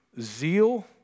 zeal